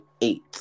eight